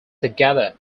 together